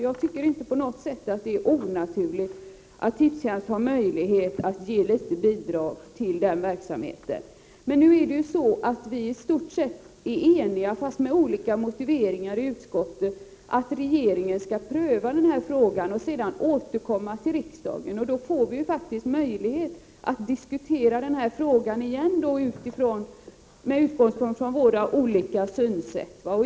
Jag tycker inte på något sätt att det är onaturligt att Tipstjänst har möjlighet att ge litet bidrag till den verksamheten. Vi är i stort sett eniga i utskottet, fast vi har olika motiveringar, om att regeringen skall pröva denna fråga och sedan återkomma till riksdagen. Då får vi faktiskt möjlighet att diskutera frågan igen med utgångspunkt i våra olika synsätt.